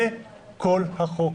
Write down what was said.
זה כל החוק,